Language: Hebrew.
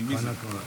של מי זה?